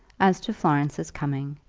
as to florence's coming,